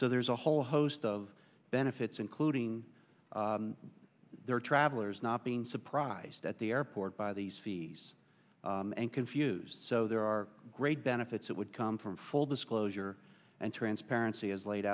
so there's a whole host of benefits including their travelers not being surprised at the airport by these fees and confused so there are great benefits that would come from full disclosure and transparency as laid